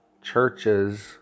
churches